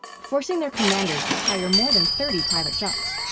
forcing their commanders to hire more than thirty private junks.